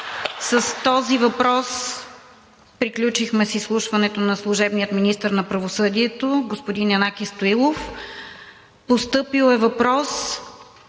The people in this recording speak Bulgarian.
С този въпрос приключихме с изслушването на служебния министър на правосъдието господин Янаки Стоилов. Постъпил е въпрос